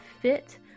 fit